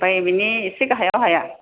ओमफ्राय बिनि इसे गाहायाव हाया